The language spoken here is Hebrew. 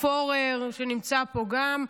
פורר שנמצא פה גם,